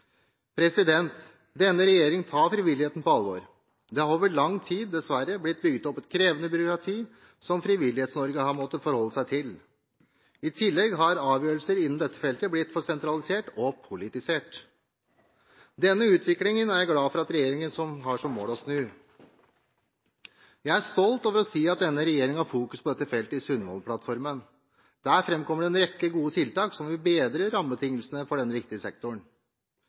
videreutvikling. Denne regjeringen tar frivilligheten på alvor. Det har over lang tid, dessverre, blitt bygget opp et krevende byråkrati som Frivillighets-Norge har måttet forholde seg til. I tillegg har avgjørelser innen dette feltet blitt for sentralisert og politisert. Denne utviklingen er jeg glad for at regjeringen har som mål å snu. Jeg er stolt over å si at denne regjeringen har fokus på dette feltet i Sundvolden-plattformen. Der framkommer det en rekke gode tiltak som vil bedre rammebetingelsene for denne viktige sektoren.